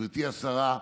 גברתי השרה,